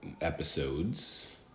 episodes